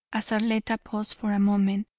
as arletta paused for a moment,